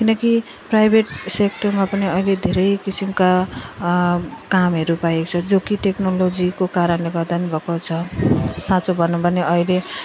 किनकि प्राइभेट सेक्टरमा पनि अहिले धेरै किसिमका कामहरू पाएको छ जो कि टेक्नोलोजीको कारणले गर्दा पनि भएको छ साँचो भनौँ भने अहिले